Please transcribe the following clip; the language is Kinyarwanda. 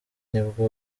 nibwo